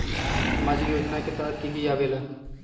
समाजिक योजना के तहद कि की आवे ला?